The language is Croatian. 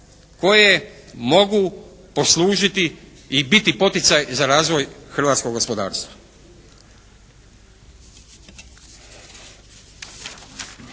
koje mogu poslužiti i biti poticaj za razvoj hrvatskog gospodarstva.